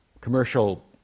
commercial